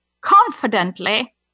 confidently